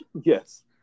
Yes